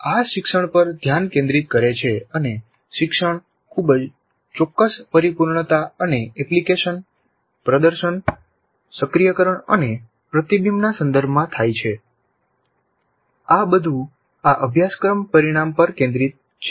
આ શિક્ષણ પર ધ્યાન કેન્દ્રિત કરે છે અને શિક્ષણ ખૂબ ચોક્કસ પરિપૂર્ણતા અને એપ્લિકેશન પ્રદર્શન સક્રિયકરણ અને પ્રતિબિંબના સંદર્ભમાં થાય છે આ બધું આ અભ્યાશક્રમ પરિણામ પર કેન્દ્રિત છે